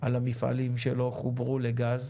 על המפעלים שלא חוברו לגז.